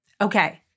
Okay